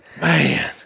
Man